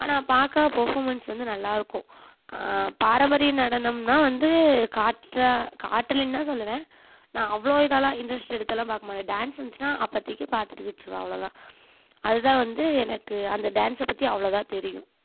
ஆனால் பார்க்க பெர்ஃபார்மெண்ஸ் வந்து நல்லாயிருக்கும் பாரம்பரிய நடனம்னா வந்து காட்டுற காட்டலின்னு தான் சொல்வேன் நான் அவ்வளோ இதாகல்லாம் இன்ட்ரெஸ்ட் எடுத்துலாம் பார்க்க மாட்டேன் டான்ஸ் இருந்துச்சுன்னா அப்போதிக்கி பார்த்துட்டு விட்டுருவேன் அவ்வளோதான் அதுதான் வந்து எனக்கு அந்த டான்ஸை பற்றி அவ்வளோதான் தெரியும்